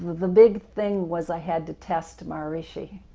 the big thing was i had to test maharishi.